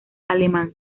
alemán